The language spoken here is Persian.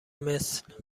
مثل